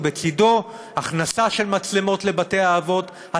ובצדו הכנסה של מצלמות לבתי-האבות,